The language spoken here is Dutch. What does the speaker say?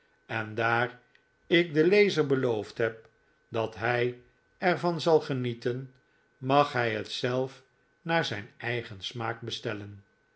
en daar ik den iezer beloofd heb dat hij er van zal genieten mag hij het zelf naar zijn eigen smaak bestellen